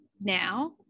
now